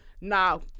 Now